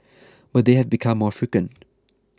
but they have become more frequent